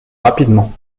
rapidement